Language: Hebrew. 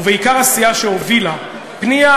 ובעיקר הסיעה שהובילה פנייה,